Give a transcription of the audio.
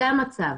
זה המצב.